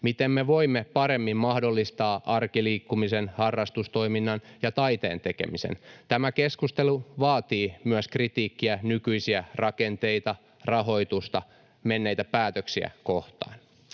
miten me voimme paremmin mahdollistaa arkiliikkumisen, harrastustoiminnan ja taiteen tekemisen. Tämä keskustelu vaatii myös kritiikkiä nykyisiä rakenteita, rahoitusta ja menneitä päätöksiä kohtaan.